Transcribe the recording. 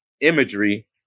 imagery